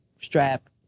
strap